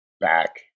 back